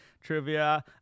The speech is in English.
trivia